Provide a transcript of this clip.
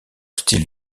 style